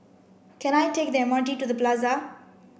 can I take the M R T to the Plaza